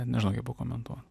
nežinojo pakomentuoti